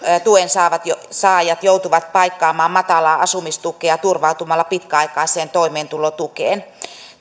tuensaajat joutuvat paikkaamaan matalaa asumistukea turvautumalla pitkäaikaiseen toimeentulotukeen